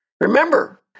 Remember